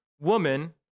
woman